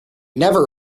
never